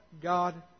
God